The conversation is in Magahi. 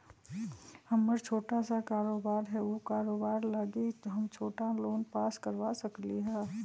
हमर छोटा सा कारोबार है उ कारोबार लागी हम छोटा लोन पास करवा सकली ह?